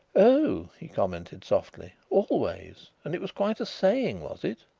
oh, he commented softly, always and it was quite a saying, was it?